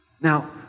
Now